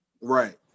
Right